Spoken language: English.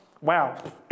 Wow